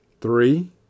Three